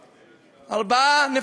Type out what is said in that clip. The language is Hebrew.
ארבע.